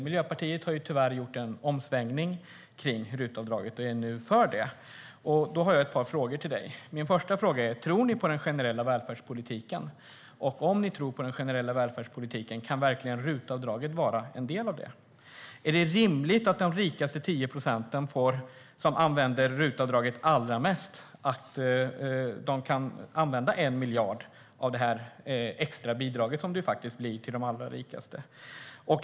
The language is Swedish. Miljöpartiet har tyvärr gjort en omsvängning kring RUT-avdraget och är nu för det. Då har jag några frågor till dig. Tror ni på den generella välfärdspolitiken? Om ni tror på den generella välfärdspolitiken undrar jag: Kan verkligen RUT-avdraget vara en del av det? Är det rimligt att de rikaste tio procenten, som använder RUT-avdraget allra mest, kan använda 1 miljard av det här extra bidraget, som det faktiskt blir till de allra rikaste?